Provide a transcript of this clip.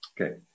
Okay